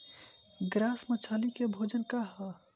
Grass मछली के भोजन का ह?